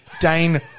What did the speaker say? Dane